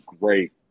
great